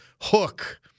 hook